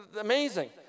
amazing